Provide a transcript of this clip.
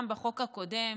גם בחוק הקודם,